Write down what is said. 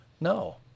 no